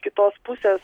kitos pusės